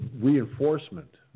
reinforcement